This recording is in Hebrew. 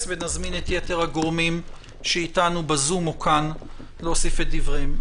ונזמין את יתר הגורמים שאיתנו כאן או בזום להוסיף את דבריהם.